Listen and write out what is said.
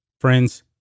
Friends